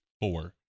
Four